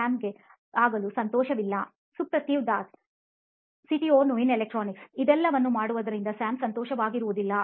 Sam ಆಗಲು ಸಾಧ್ಯವಿಲ್ಲ Suprativ Das CTO ನೋಯಿನ್ ಎಲೆಕ್ಟ್ರಾನಿಕ್ಸ್ ಇದೆಲ್ಲವನ್ನೂ ಮಾಡುವುದರಿಂದ ಸ್ಯಾಮ್ ಸಂತೋಷವಾಗುವುದಿಲ್ಲ